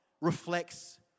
reflects